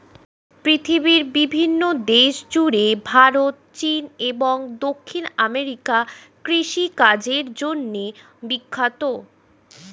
পৃথিবীর বিভিন্ন দেশ জুড়ে ভারত, চীন এবং দক্ষিণ আমেরিকা কৃষিকাজের জন্যে বিখ্যাত